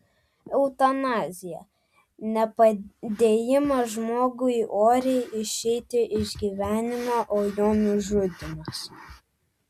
eutanazija ne padėjimas žmogui oriai išeiti iš gyvenimo o jo nužudymas